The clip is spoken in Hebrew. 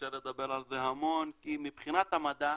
אפשר לדבר על זה המון כי מבחינת המדע